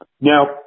Now